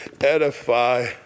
edify